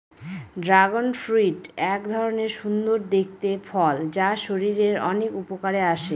dragon fruit এক ধরনের সুন্দর দেখতে ফল যা শরীরের অনেক উপকারে আসে